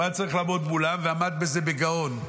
והוא היה צריך לעמוד מולם ועמד בזה בגאון.